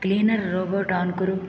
cleaner robot on कुरु